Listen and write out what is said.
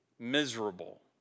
miserable